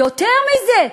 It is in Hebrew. יותר מזה,